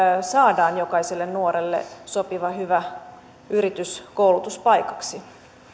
saadaan jokaiselle nuorelle sopiva hyvä yritys koulutuspaikaksi